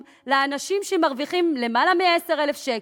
לאנשים שמרוויחים יותר מ-10,000 שקל.